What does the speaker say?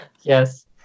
yes